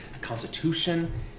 constitution